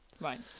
right